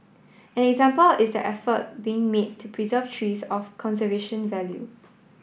an example is the effort being made to preserve trees of conservation value